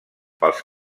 pels